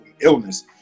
illness